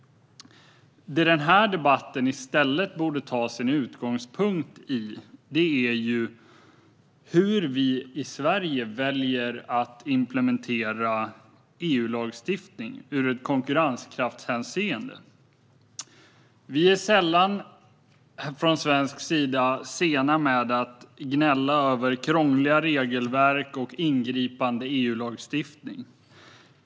I stället borde denna debatt ta sin utgångspunkt i hur vi i Sverige väljer att implementera EU-lagstiftning i konkurrenskraftshänseende. Vi är från svensk sida sällan sena med att gnälla över krångliga regelverk och ingripande EU-lagstiftning.